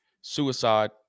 suicide